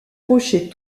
rochers